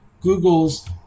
Google's